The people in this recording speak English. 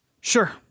Sure